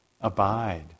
abide